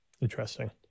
Interesting